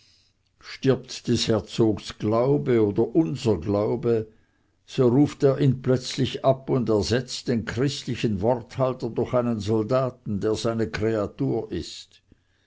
stirbt des herzogs glaube oder unser glaube so ruft er ihn plötzlich ab und ersetzt den christlichen worthalter durch einen soldaten der seine kreatur ist